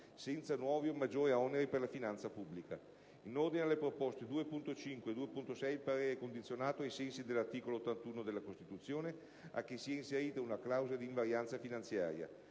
"senza nuovi o maggiori oneri per la finanza pubblica". In ordine alle proposte 2.5 e 2.6 il parere è condizionato ai sensi dell'articolo 81 della Costituzione a che sia inserita una clausola di invarianza finanziaria.